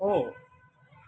हो